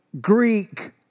Greek